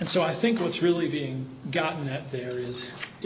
and so i think what's really being gotten at there is it